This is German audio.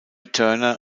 turner